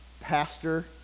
pastor